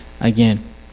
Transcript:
again